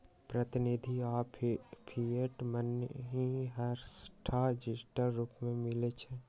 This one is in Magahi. प्रतिनिधि आऽ फिएट मनी हरसठ्ठो डिजिटल रूप में मिलइ छै